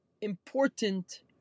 important